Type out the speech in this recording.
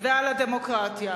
ועל הדמוקרטיה.